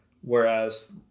whereas